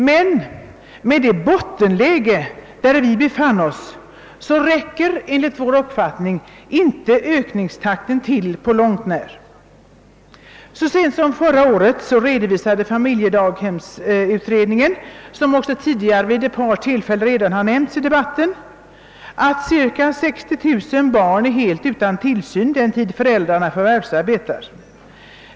Men med det bottenläge där man befann sig räcker enligt vår uppfattning inte ökningstakten till på långt när. Så sent som förra året redovisade familjedaghemsutred ningen, såsom också tidigare vid ett par tillfällen har nämnts i debatten, att cirka 60 000 barn är helt utan tillsyn under den tid då föräldrarna förvärvsarbetar.